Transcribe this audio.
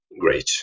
great